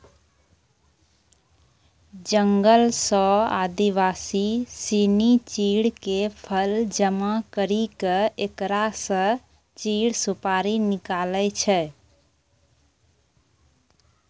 जंगल सॅ आदिवासी सिनि चीड़ के फल जमा करी क एकरा स चीड़ सुपारी निकालै छै